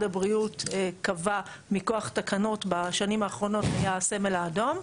הבריאות קבע מכוח תקנות בשנים האחרונות היה הסמל האדום.